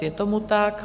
Je tomu tak.